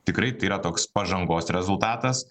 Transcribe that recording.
tikrai tai yra toks pažangos rezultatas